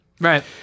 Right